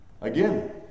Again